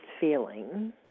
feeling